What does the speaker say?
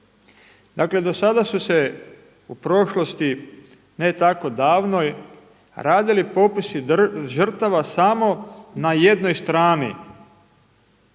Dakle do sada su se u prošlosti ne tako davnoj radili popisi žrtava samo na jednoj strani